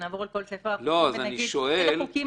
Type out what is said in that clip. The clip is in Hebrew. שנעבור על כל ספר החוקים ונגיד איזה חוקים